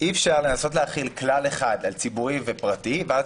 לנסות להחיל כלל אחד על הציבורי ופרטי ואז